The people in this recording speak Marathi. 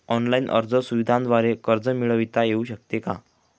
ऑनलाईन अर्ज सुविधांद्वारे कर्ज मिळविता येऊ शकते का?